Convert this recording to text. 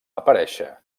aparèixer